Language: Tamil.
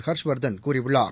ஹர்ஷ்வர்தன் கூறியுள்ளார்